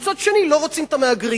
ומצד שני לא רוצים את המהגרים.